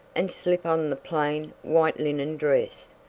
and slip on the plain, white, linen dress.